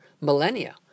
millennia